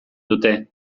dute